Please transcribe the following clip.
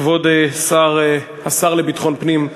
כבוד השר לביטחון פנים,